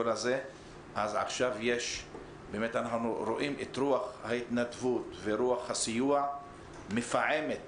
עכשיו אנחנו רואים את רוח ההתנדבות ורוח הסיוע מפעמת